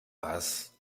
was